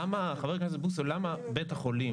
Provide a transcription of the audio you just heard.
למה שוויוני?